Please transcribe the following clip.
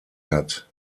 hat